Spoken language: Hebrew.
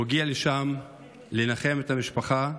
הוא הגיע לשם לנחם את המשפחה,